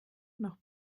noch